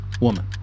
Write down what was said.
woman